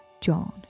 John